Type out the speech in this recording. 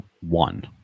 one